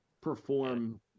perform